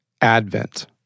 advent